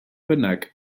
bynnag